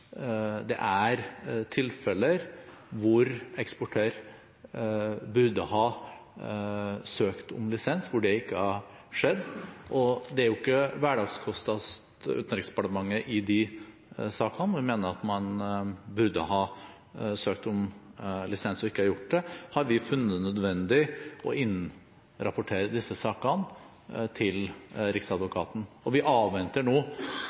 det er tilfeller hvor eksportør burde ha søkt om lisens, og det ikke har skjedd. Det er ikke hverdagskost at Utenriksdepartementet – i de sakene hvor vi mener at man burde ha søkt om lisens og ikke har gjort det – har funnet det nødvendig å innrapportere disse sakene til Riksadvokaten. Vi avventer nå